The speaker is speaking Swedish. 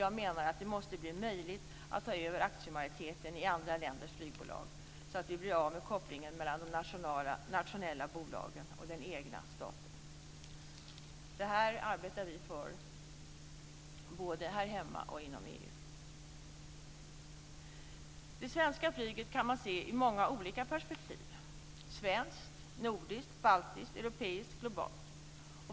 Jag menar att det måste bli möjligt att ta över aktiemajoriteten i andra länders flygbolag, så att vi blir av med kopplingen mellan de nationella bolagen och den egna staten. Det här arbetar vi för både här hemma och inom EU. Det svenska flyget kan man se i många olika perspektiv: svenskt, nordiskt, baltiskt, europeiskt och globalt.